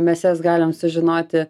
mes jas galim sužinoti